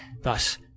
Thus